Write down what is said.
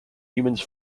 humans